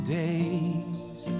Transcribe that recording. days